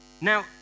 Now